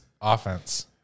offense